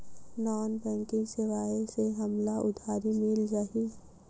Non banking सेवाएं से हमला उधारी मिल जाहि?